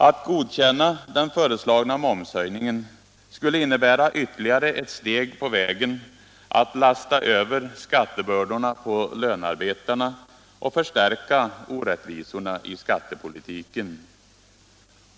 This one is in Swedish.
Att godkänna den föreslagna momshöjningen skulle innebära ytterligare ett steg på vägen till att lasta över skattebördorna på lönarbetarna och förstärka orättvisorna i skattepolitiken.